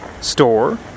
store